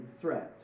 threats